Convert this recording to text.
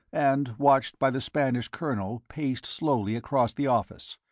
and watched by the spanish colonel paced slowly across the office.